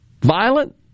violent